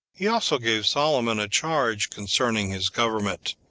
he also gave solomon a charge concerning his government,